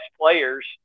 players